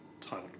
titled